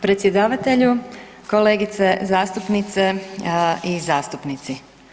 Predsjedavatelju, kolegice zastupnice i zastupnici.